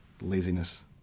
Laziness